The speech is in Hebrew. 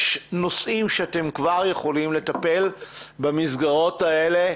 יש נושאים שאתם כבר יכולים לטפל במסגרות האלה,